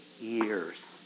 years